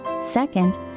Second